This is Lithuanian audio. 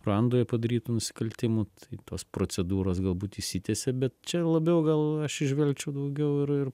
ruandoje padarytų nusikaltimų tai tos procedūros galbūt išsitęsia bet čia labiau gal aš įžvelgčiau daugiau ir ir